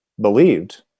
believed